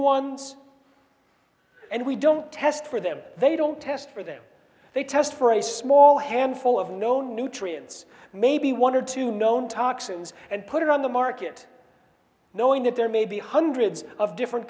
ones and we don't test for them they don't test for them they test for a small handful of known nutrients maybe one or two known toxins and put it on the market knowing that there may be hundreds of different